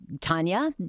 Tanya